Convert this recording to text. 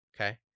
okay